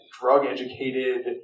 drug-educated